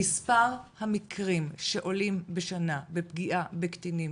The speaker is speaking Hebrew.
מספר המקרים שעולים בשנה בפגיעה בקטינים